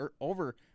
over